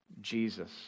Jesus